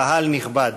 קהל נכבד.